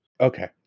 Okay